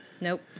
Nope